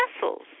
vessels